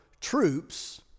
troops